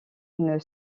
une